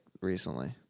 recently